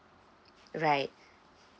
right